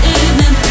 evening